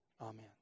amen